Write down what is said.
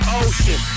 ocean